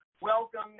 welcome